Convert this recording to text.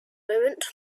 moment